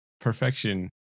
perfection